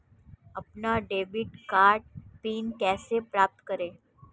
अपना debit card pin कैसे प्राप्त करें?